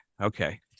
Okay